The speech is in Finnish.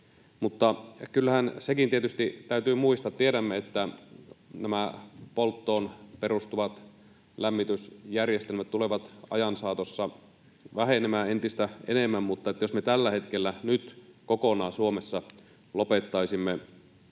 Mutta kyllähän sekin tietysti täytyy muistaa — vaikka tiedämme, että nämä polttoon perustuvat lämmitysjärjestelmät tulevat ajan saatossa vähenemään entistä enemmän — että jos me tällä hetkellä, nyt, kokonaan Suomessa lopettaisimme